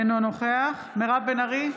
אינו נוכח מרב בן ארי,